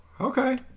Okay